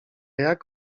jak